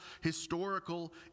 historical